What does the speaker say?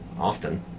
often